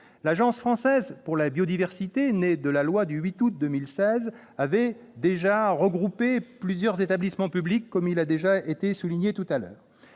L'Agence française pour la biodiversité, née de la loi du 8 août 2016, avait déjà regroupé plusieurs établissements publics, comme cela a déjà été indiqué.